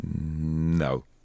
No